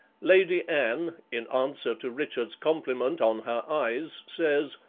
lady anne, in answer to richard's compliment on her eyes, says,